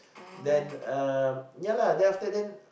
then um yeah lah then after then